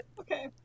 Okay